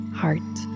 heart